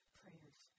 prayers